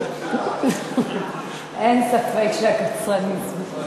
אין ספק שהקצרנים שמחים.